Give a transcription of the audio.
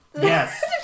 Yes